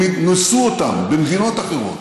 ניסו אותן במדינות אחרות.